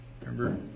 Remember